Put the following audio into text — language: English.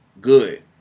good